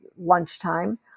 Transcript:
lunchtime